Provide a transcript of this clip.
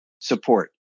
support